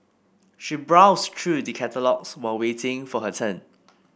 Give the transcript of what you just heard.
she browsed through the catalogues while waiting for her turn